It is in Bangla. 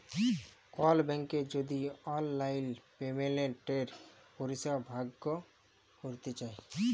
কল ব্যাংকের যদি অললাইল পেমেলটের পরিষেবা ভগ ক্যরতে চায়